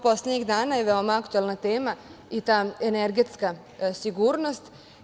Poslednjih dana je veoma aktuelna tema i ta energetska sigurnost.